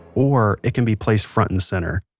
or it can be placed front and center.